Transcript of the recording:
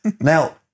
Now